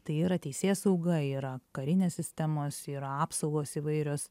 tai yra teisėsauga yra karinės sistemos yra apsaugos įvairios